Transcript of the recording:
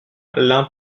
l’un